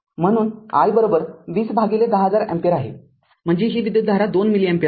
म्हणून i २० भागिले १०००० ampere आहे म्हणजे ही विद्युतधारा २ मिली एम्पीअर आहे